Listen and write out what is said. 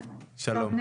קודם כל,